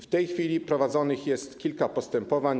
W tej chwili prowadzonych jest kilka postępowań.